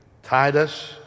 Titus